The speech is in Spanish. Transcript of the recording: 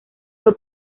fue